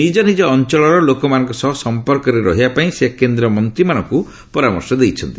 ନିଜ ନିଜ ଅଞ୍ଚଳର ଲୋକମାନଙ୍କ ସହ ସମ୍ପର୍କରେ ରହିବା ପାଇଁ ସେ କେନ୍ଦ୍ର ମନ୍ତ୍ରୀମାନଙ୍କୁ ପରାମର୍ଶ ଦେଇଛନ୍ତି